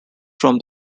form